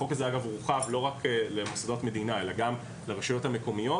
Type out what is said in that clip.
החוק הזה הורחב לא רק למוסדות מדינה אלא גם לרשויות המקומיות